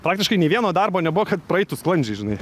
praktiškai nei vieno darbo nebuvo kad praeitų sklandžiai žinai